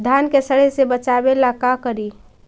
धान के सड़े से बचाबे ला का करि?